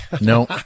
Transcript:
no